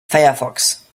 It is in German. firefox